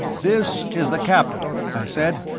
this is the captain, i said.